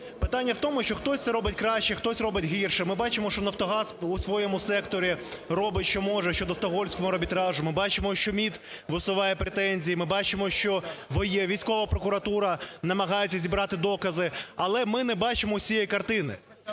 Питання в тому, що хтось це робить краще, хтось робить гірше, ми бачимо, що "Нафтогаз" у своєму секторі робить, що може, щодо Стокгольмського арбітражу. Ми бачимо, що МІД висуває претензії, ми бачимо, що військова прокуратура намагається зібрати докази. Але ми не бачимо всієї картини.